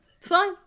fine